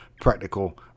practical